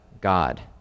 God